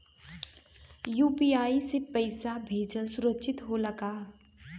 UPI से पैसा भेजल सुरक्षित होला का?